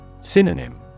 Synonym